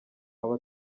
aba